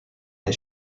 est